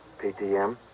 PTM